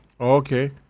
Okay